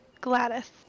Gladys